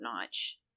Notch